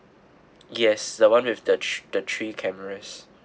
yes the one with the three the three cameras